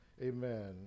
amen